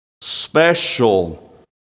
special